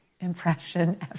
impression